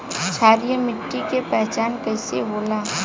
क्षारीय मिट्टी के पहचान कईसे होला?